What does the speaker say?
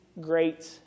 great